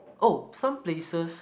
oh some places